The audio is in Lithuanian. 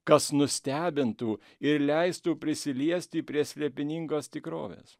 kas nustebintų ir leistų prisiliesti prie slėpiningos tikrovės